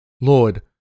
Lord